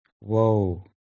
Whoa